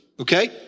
okay